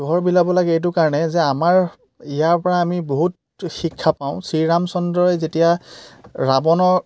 পোহৰ বিলাব লাগে এইটো কাৰণে যে আমাৰ ইয়াৰ পৰা আমি বহুত শিক্ষা পাওঁ শ্ৰীৰাম চন্দ্ৰই যেতিয়া ৰাৱণৰ